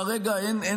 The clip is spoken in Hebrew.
כרגע יש